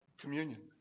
communion